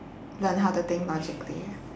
learn how to think logically